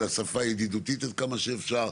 לשפה הידידותית עד כמה שאפשר.